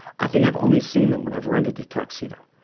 i think i have only seen them when i've rented a tuxedo.